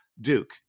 Duke